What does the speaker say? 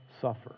suffer